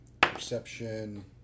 Perception